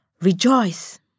rejoice